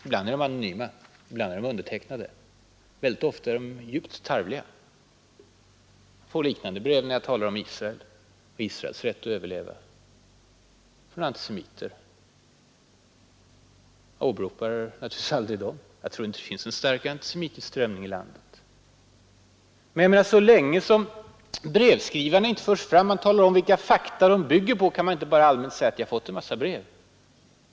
Ibland är de anonyma, ibland är de undertecknade. Väldigt ofta är de djupt tarvliga. Jag får liknande brev när jag talar om Israel och Israels rätt att överleva. De kommer från antisemiter. Jag åberopar naturligtvis aldrig dessa brev mot mina motståndare. Jag tror inte att det nu finns någon stark antisemitisk strömning här i landet, Jag menar att så länge brevskrivarna inte förs fram och man inte talar om vilka fakta de bygger på kan man inte bara allmänt säga att man har fått en massa brev.